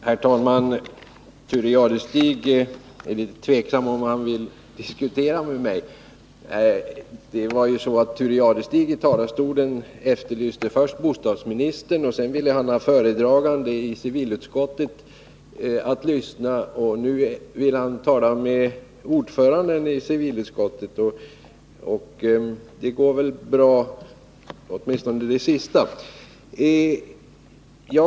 Herr talman! Thure Jadestig är tveksam om han vill diskutera med mig. Han efterlyste här från talarstolen först ett besked från bostadsministern. Sedan ville han höra civilutskottets talesman, och nu vill han tala med ordföranden i civilutskottet. Åtminstone det sista går väl bra.